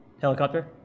Helicopter